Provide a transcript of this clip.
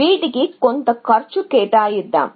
వీటికి కొంత కాస్ట్ కేటాయిద్దాం